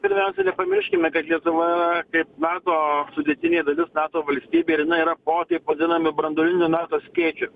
pirmiausia nepamirškime kad lietuva kaip nato sudėtinė dalis nato valstybė ir jinai yra po taip vadinami branduolinio nato skėčiu